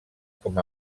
com